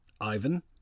Ivan